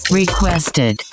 requested